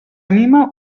anima